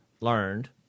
learned